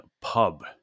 pub